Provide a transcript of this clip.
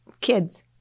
kids